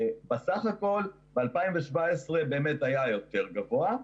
בסך הכול, בשנת 2017 היה יותר גבוה,